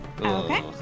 Okay